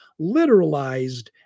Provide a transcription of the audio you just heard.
literalized